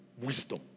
Wisdom